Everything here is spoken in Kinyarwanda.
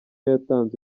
yatanze